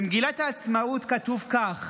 במגילת העצמאות כתוב כך: